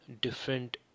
different